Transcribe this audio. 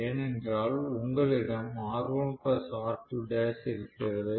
ஏனென்றால் உங்களிடம் R1R2l இருக்கிறது